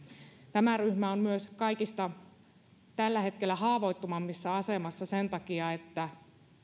tämä ryhmä on myös tällä hetkellä kaikista haavoittuvimmassa asemassa sen takia että